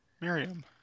Miriam